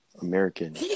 American